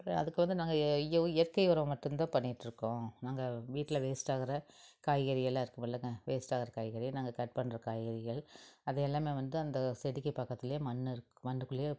அதுக்கு வந்து நாங்கள் இயற்கை உரம் மட்டுந்தான் பண்ணிகிட்ருக்கோம் நாங்கள் வீட்டில வேஸ்ட் ஆகுற காய்கறிகள்லாம் இருக்குமில்லைங்க வேஸ்ட் ஆகுற காய்கறி நாங்கள் கட் பண்ணுற காய்கறிகள் அது எல்லாமே வந்து அந்த செடிக்கு பக்கத்லேதி மண்ணு இருக்குது மண்ணுக்குள்ளையே